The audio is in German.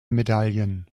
medaillen